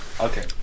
Okay